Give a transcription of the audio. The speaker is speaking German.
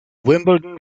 wimbledon